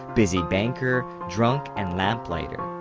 busy banker, drunk, and lamplighter.